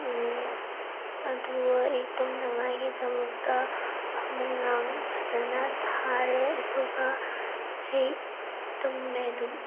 ꯑꯗꯨꯒ ꯑꯩ ꯇꯨꯝꯅꯉꯥꯏꯒꯤꯗꯃꯛꯇ ꯐꯃꯨꯡ ꯂꯥꯡ ꯐꯖꯅ ꯊꯥꯔꯦ ꯑꯗꯨꯒ ꯑꯩ ꯇꯨꯝꯃꯦ ꯑꯗꯨꯝ